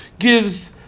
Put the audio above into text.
Gives